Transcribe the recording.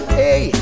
hey